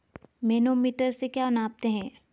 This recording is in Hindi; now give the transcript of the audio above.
मैनोमीटर से क्या नापते हैं?